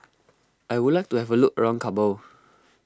I would like to have a look around Kabul